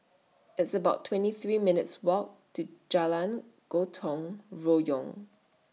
It's about twenty three minutes' Walk to Jalan Gotong Royong